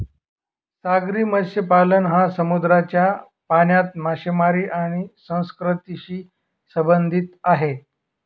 सागरी मत्स्यपालन हा समुद्राच्या पाण्यात मासेमारी आणि संस्कृतीशी संबंधित आहे